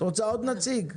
את רוצה עוד נציג?